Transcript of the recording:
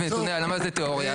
ונתוני הלמ"ס זה תיאוריה,